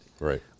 Right